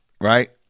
Right